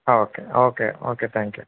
okay okay okay thank you